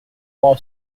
wall